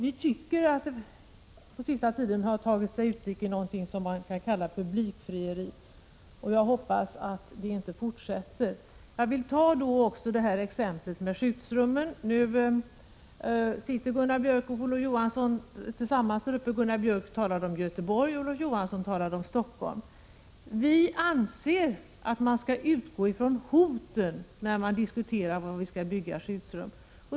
Vi tycker att den på sista tiden har tagit sig uttryck i någonting som man kan kalla publikfrieri. Jag hoppas det inte fortsätter. Jag vill också ge exempel i fråga om skyddsrummen. Nu sitter Gunnar Björk talade om Göteborg och Olof Johansson talade om Stockholm. Vi anser att man skall utgå från hoten när man diskuterar var vi skall bygga skyddsrum.